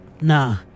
Nah